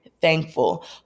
thankful